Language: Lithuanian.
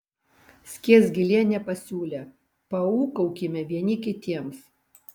skiesgilienė pasiūlė paūkaukime vieni kitiems